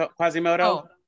quasimodo